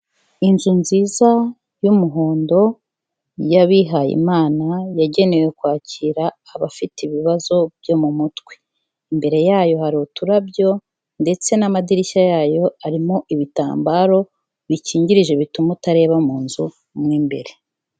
Inzu nziza y'umuhondo y'abihayimana, yagenewe kwakira abafite ibibazo byo mu mutwe. Imbere yayo hari uturabyo ndetse n'amadirishya yayo arimo ibitambaro bikingirije bituma utareba mu nzu mo imbere.